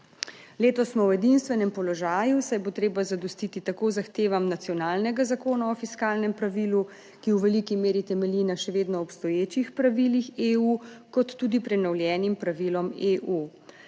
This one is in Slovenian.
Letos smo v edinstvenem položaju, saj bo treba zadostiti tako zahtevam nacionalnega Zakona o fiskalnem pravilu, ki v veliki meri temelji na še vedno obstoječih pravilih EU, kot tudi prenovljenim pravilom EU.